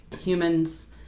humans